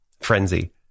frenzy